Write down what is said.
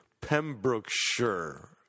Pembrokeshire